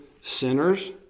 sinners